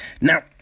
Now